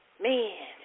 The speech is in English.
man –